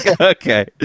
Okay